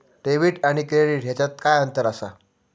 Debit आणि credit ह्याच्यात काय अंतर असा?